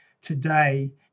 today